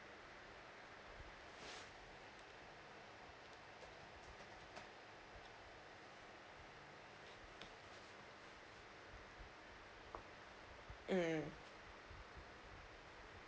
mm